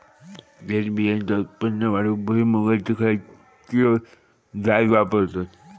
तेलबियांचा उत्पन्न वाढवूक भुईमूगाची खयची जात वापरतत?